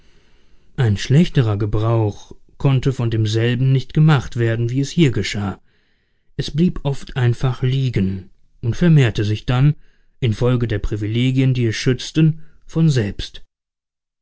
ein schlechterer gebrauch konnte von demselben nicht gemacht werden wie es hier geschah es blieb oft einfach liegen und vermehrte sich dann infolge der privilegien die es schützten von selbst